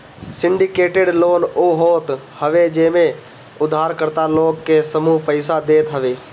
syndicated loan उ होत हवे जेमे उधारकर्ता लोग के समूह पईसा देत हवे